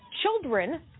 children